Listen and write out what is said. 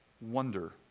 wonder